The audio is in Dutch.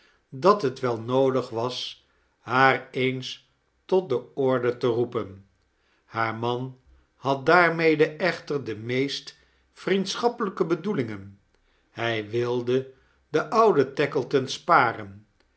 dat het wel nooddg was haar eens tot de orde te roepein haar man had daarmede eohter de meest vriendschappelijke bedoelingen hij wilde den ouden tackleton sparen